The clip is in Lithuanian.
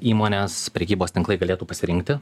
įmonės prekybos tinklai galėtų pasirinkti